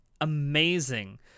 amazing